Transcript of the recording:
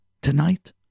tonight